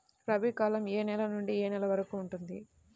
రబీ కాలం ఏ నెల నుండి ఏ నెల వరకు ఉంటుంది?